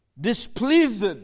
displeased